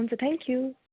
हुन्छ thank you